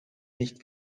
nicht